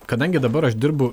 kadangi dabar aš dirbu